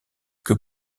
que